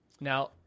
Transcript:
Now